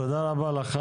תודה רבה לך.